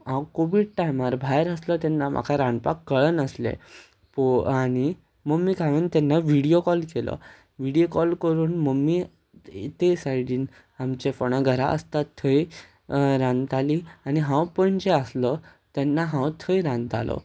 हांव कोवीड टायमार भायर आसलो तेन्ना म्हाका रांदपाक कळनासलें आनी मम्मीक हांवेन तेन्ना व्हिडियो कॉल केलो व्हिडियो कॉल करून मम्मी ते सायडीन आमचे घरा आसता थंय रांदताली आनी हांव पणजे आसलो तेन्ना हांव थंय रांदतालो